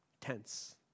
tense